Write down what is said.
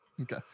Okay